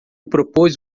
propôs